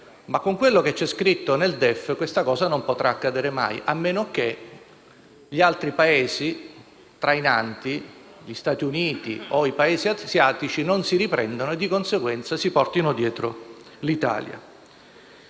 Con quello che c'è scritto nel DEF però, questo non potrà mai accadere, a meno che gli altri Paesi trainanti, come gli Stati Uniti o i Paesi asiatici, non si riprendano e, di conseguenza, si portino dietro l'Italia.